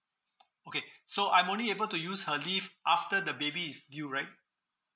okay so I'm only able to use her leave after the baby is due right